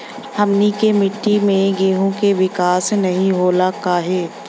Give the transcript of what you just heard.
हमनी के मिट्टी में गेहूँ के विकास नहीं होला काहे?